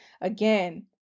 again